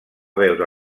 veure